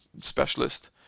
specialist